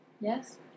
Yes